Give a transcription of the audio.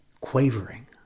quavering